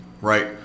right